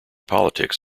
politics